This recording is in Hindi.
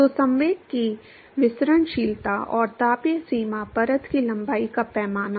तो संवेग की विसरणशीलता और तापीय सीमा परत की लंबाई का पैमाना